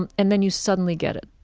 and and then you suddenly get it